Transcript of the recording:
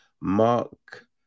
Mark